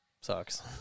sucks